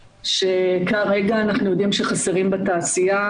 שכרגע אנחנו יודעים שחסרים בתעשייה.